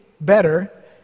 better